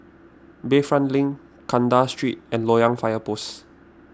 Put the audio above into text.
Bayfront Link Kandahar Street and Loyang Fire Post